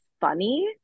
funny